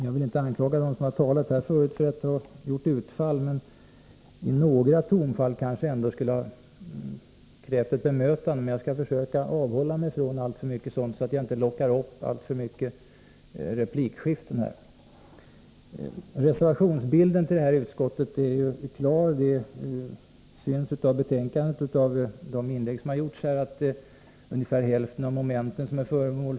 Jag vill inte anklaga dem som talat tidigare för att ha gjort utfall, men några tongångar kanske ändå skulle ha krävt ett bemötande. Jag skall emellertid försöka avhålla mig från sådant, så att jag inte lockar till alltför många replikskiften. Reservationsbilden är klar. Det framgår av betänkandet och av de inlägg som gjorts här i kammaren att till ungefär hälften av de moment som är föremål.